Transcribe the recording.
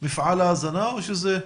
איפה זה תקוע?